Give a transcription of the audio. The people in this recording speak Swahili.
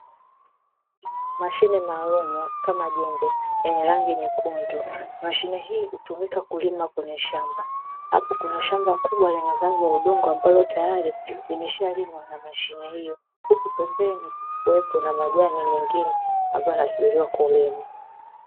Mashine maalumu kama jembe yenye rangi nyekundu, mashine hii hutumika kulima kwenye shamba, hapo kuna shamba kubwa lenye udongo ambao tayari umeshalimwa na mashine hiyo huku pembeni kukiwepo na majani mengine ambayo yanasubiriwa kulimwa.